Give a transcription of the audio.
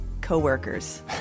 coworkers